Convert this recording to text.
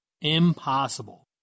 Impossible